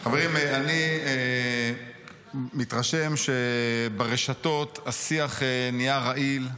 חברים, אני מתרשם שברשתות השיח נהיה רעיל,